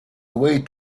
way